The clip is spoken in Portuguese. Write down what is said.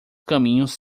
caminhos